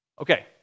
Okay